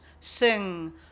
sing